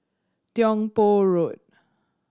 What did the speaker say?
Tiong Poh Road